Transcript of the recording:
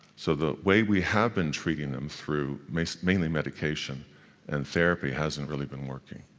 so the way we have been treating them through mainly mainly medication and therapy hasn't really been working.